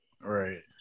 Right